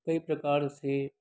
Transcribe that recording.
कई प्रकार से